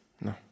no